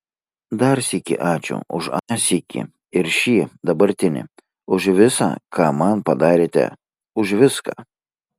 dar sykį ačiū už aną sykį ir šį dabartinį už visa ką man padarėte už viską